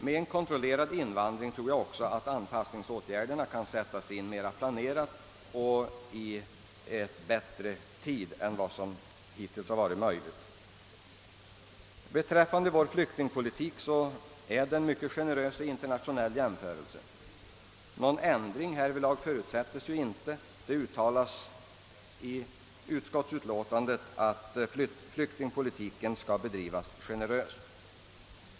Med en kontrollerad invand ring tror jag också att anpassningsåtgärderna kan sättas in mera planerat och i bättre tid än vad som hittills varit möjligt. Beträffande vår flyktingpolitik måste man säga att den är mycket generös internationellt sett. Någon ändring härvidlag förutsätts ju inte. Det framhålles i utskottsutlåtandet att flyktingpolitiken skall bedrivas generöst.